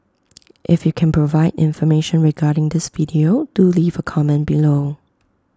if you can provide information regarding this video do leave A comment below